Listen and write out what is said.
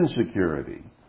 insecurity